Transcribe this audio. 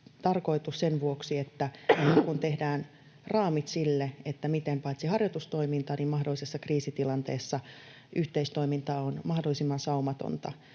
tarkoitus sen vuoksi, että nyt, kun tehdään raamit sille, miten paitsi harjoitustoiminta myös mahdollisessa kriisitilanteessa yhteistoiminta on mahdollisimman saumatonta,